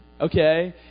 okay